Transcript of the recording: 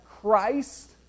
Christ